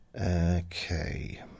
Okay